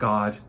God